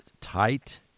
tight